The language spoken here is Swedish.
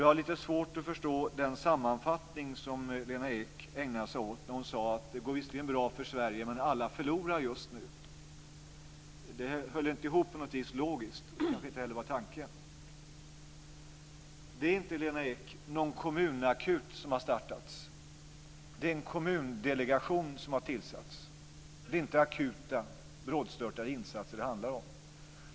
Jag har lite svårt att förstå den sammanfattning som Lena Ek ägnade sig åt när hon sade att det visserligen går bra för Sverige, men att alla förlorar just nu. Det höll på något vis inte ihop logiskt. Det kanske inte heller var tanken. Det är inte någon kommunakut som har startats, Lena Ek. Det är en kommundelegation som har tillsats. Det är inte akuta, brådstörtade insatser det handlar om.